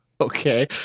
Okay